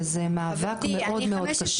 וזה מאבק מאוד מאוד קשה.